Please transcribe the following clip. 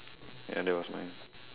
ya that was mine